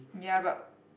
ya but